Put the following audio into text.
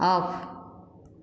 of